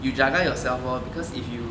you jaga yourself or because if you